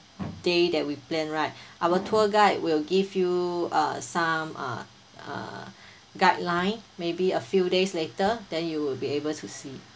day that we plan right our tour guide will give you uh some uh uh guideline maybe a few days later then you will be able to see